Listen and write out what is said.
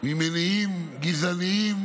ממניעים גזעניים